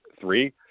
three